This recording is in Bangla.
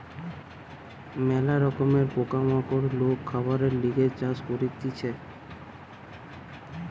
ম্যালা রকমের পোকা মাকড় লোক খাবারের লিগে চাষ করতিছে